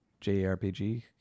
JRPG